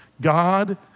God